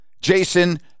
Jason